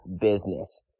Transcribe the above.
business